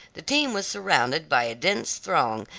the team was surrounded by a dense throng,